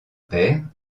paires